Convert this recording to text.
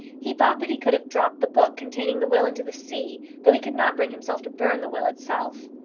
he thought that he could have dropped the book containing the will into the sea, though he could not bring himself to burn the will itself.